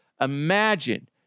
imagine